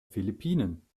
philippinen